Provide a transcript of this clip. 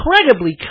incredibly